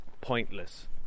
pointless